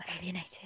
alienated